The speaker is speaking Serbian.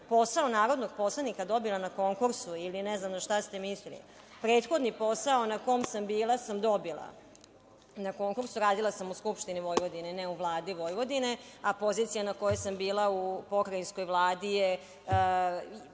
posao narodnog poslanika dobila na konkursu ili ne znam na šta ste mislili? Prethodni posao na kom sam bila sam dobila na konkursu, radila sam u Skupštini Vojvodine, ne u Vladi Vojvodine, a pozicija na kojoj sam bila u pokrajinskoj Vladi je